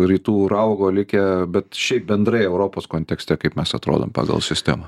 rytų raugo likę bet šiaip bendrai europos kontekste kaip mes atrodom pagal sistemą